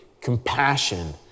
compassion